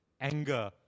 Anger